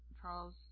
Charles